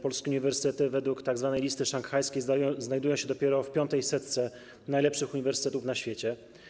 Polskie uniwersytety według tzw. listy szanghajskiej znajdują się dopiero w piątej setce najlepszych uniwersytetów na świecie.